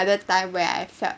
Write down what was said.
time when I felt